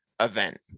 event